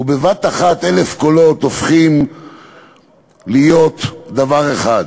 ובבת אחת 1,000 קולות הופכים להיות דבר אחד.